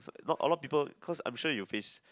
not a lot people cause I'm sure you're face